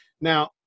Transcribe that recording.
Now